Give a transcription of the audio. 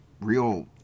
real